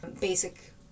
basic